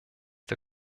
der